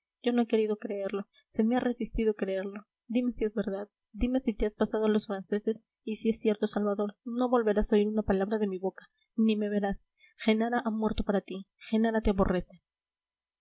yo no he querido creerlo se me ha resistido creerlo dime si es verdad dime si te has pasado a los franceses y si es cierto salvador no volverás a oír una palabra de mi boca ni me verás genara ha muerto para ti genara te aborrece